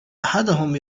أحدهم